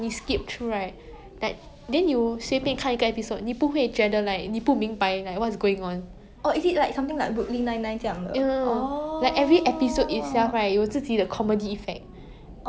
but 我这种 right 如果你不喜欢 like maybe 你看 episode one but then 你看很久以前 then 你已经忘记了 then 你开始 from like episode seven 你不会觉得 like I don't understand what's going on in 因为他们